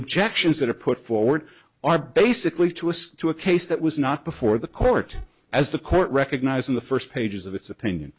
objections that are put forward are basically to assist to a case that was not before the court as the court recognized in the first pages of its opinion